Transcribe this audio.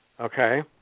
Okay